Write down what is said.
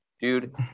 dude